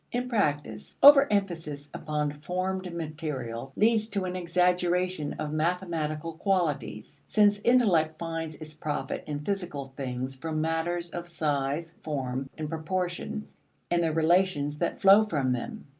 in practice overemphasis upon formed material leads to an exaggeration of mathematical qualities, since intellect finds its profit in physical things from matters of size, form, and proportion and the relations that flow from them.